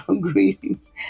greetings